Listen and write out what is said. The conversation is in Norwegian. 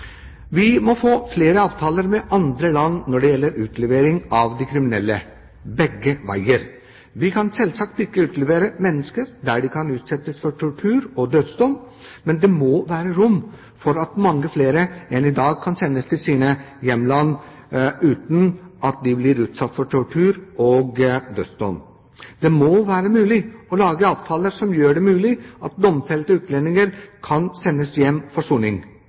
Vi må få flere avtaler med andre land når det gjelder utlevering av de kriminelle – begge veier. Vi kan selvsagt ikke utlevere mennesker der de kan utsettes for tortur og dødsdom, men det må være rom for at mange flere enn i dag kan sendes til sine hjemland, uten at de blir utsatt for tortur og dødsdom. Det må være mulig å lage avtaler som gjør det mulig at domfelte utlendinger kan sendes hjem for soning.